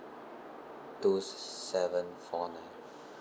two seven four nine